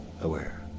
aware